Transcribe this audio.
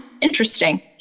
interesting